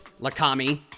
Lakami